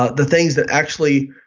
ah the things that actually